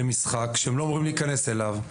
שהם לא אמורים להיכנס אליו,